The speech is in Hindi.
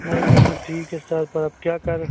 नहीं वो तो ठीक है सर पर अब क्या कर